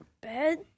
Bed